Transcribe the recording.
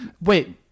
Wait